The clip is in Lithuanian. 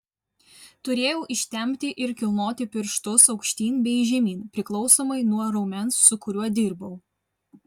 turėjau ištempti ir kilnoti pirštus aukštyn bei žemyn priklausomai nuo raumens su kuriuo dirbau